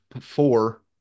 four